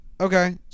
Okay